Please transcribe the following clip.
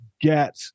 get